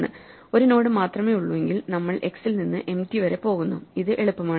1 node മാത്രമേ ഉള്ളൂവെങ്കിൽ നമ്മൾ x ൽ നിന്ന് എംപ്റ്റി വരെ പോകുന്നു ഇത് എളുപ്പമാണ്